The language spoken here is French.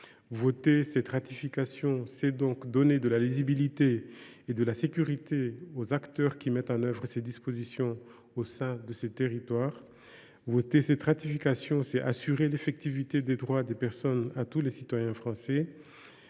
Voter cette ratification, c’est donc donner de la lisibilité et de la sécurité aux acteurs qui mettent en œuvre ces dispositifs au sein de ces territoires. Voter cette ratification, c’est aussi assurer l’effectivité des droits des personnes à tous les citoyens français.